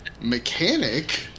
mechanic